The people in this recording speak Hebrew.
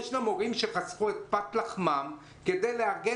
יש גם הורים שחסכו את פת לחמם כדי לארגן